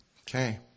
Okay